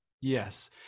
Yes